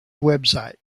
website